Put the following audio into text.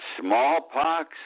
smallpox